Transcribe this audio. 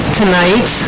tonight